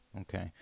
Okay